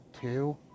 Two